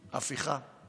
וההפיכה.